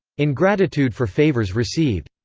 in gratitude for favours received.